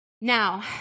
Now